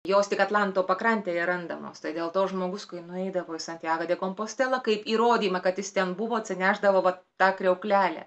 jos tik atlanto pakrantėje randamos tai dėl to žmogus kai nueidavo į santjago de kompostelą kaip įrodymą kad jis ten buvo atsinešdavo vat tą kriauklelę